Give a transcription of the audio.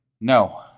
No